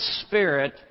spirit